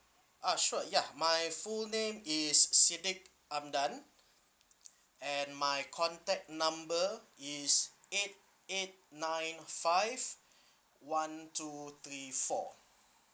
uh sure ya my full name is sidek amdan and my contact number is eight eight nine five one two three four